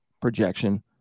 projection